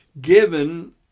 given